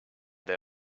they